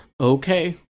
Okay